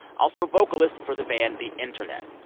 also vocalist for the band the internet.